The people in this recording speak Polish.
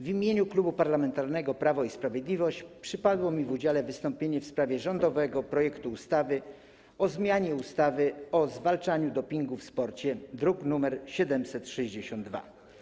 W imieniu Klubu Parlamentarnego Prawo i Sprawiedliwość przypadło mi w udziale wystąpienie w sprawie rządowego projektu ustawy o zmianie ustawy o zwalczaniu dopingu w sporcie, druk nr 762.